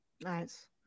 Nice